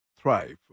thrive